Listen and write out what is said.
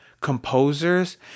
composers